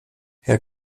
herr